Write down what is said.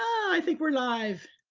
i think we're live.